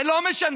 זה לא משנה.